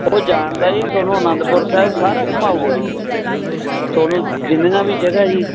ਉਹ ਜਾਣਦਾ ਜੀ ਤੁਹਾਨੂੰ ਆਨੰਦਪੁਰ ਸਾਹਿਬ ਸਾਰਾ ਘੁੰਮਾਉਗਾ ਜੀ ਤੁਹਾਨੂੰ ਜਿੰਨੀਆਂ ਵੀ ਜਗ੍ਹਾ ਜੀ